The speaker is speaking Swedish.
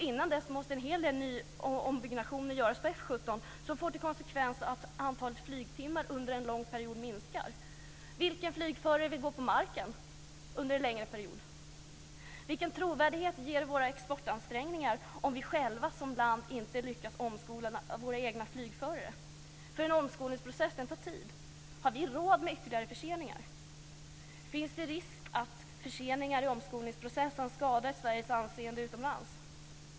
Innan dess måste en hel del ombyggnationer göras på F 17, som får till konsekvens att flygtimmarna under en lång period minskar. Vilken flygförare vill gå på marken under en längre period? Vilken trovärdighet ger våra exportansträngningar om inte vi själva som land lyckas omskola våra egna flygförare? En omskolningsprocess tar tid. Har vi råd med ytterligare förseningar? Finns det risk att förseningar i omskolningsprocessen skadar Sveriges anseende utomlands?